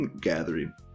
gathering